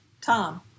Tom